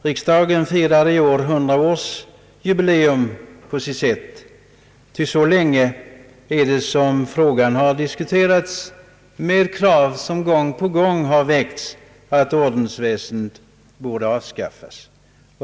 Riksdagen firar på sitt sätt i år ett 100-årsjubileum, ty så länge är det som frågan har diskuterats. Krav har gång på gång väckts att ordensväsendet borde avskaffas.